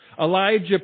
Elijah